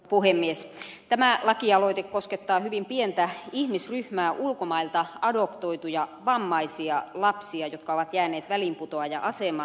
tämä lakialoite koskettaa hyvin pientä ihmisryhmää ulkomailta adoptoituja vammaisia lapsia jotka ovat jääneet väliinputoaja asemaan